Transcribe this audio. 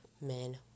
men